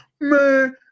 Man